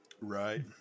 right